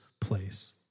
place